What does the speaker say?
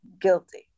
guilty